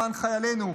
למען חיילינו,